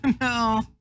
No